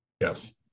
Yes